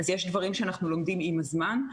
אז יש דברים שאנחנו לומדים עם הזמן.